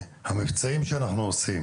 המבצעים שאנחנו עושים